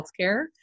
healthcare